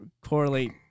correlate